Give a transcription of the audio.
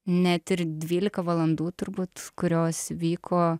net ir dvylika valandų turbūt kurios vyko